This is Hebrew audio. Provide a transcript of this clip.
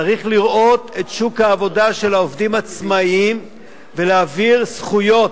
צריך לראות את שוק העבודה של העובדים העצמאים ולהעביר זכויות,